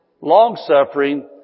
Long-suffering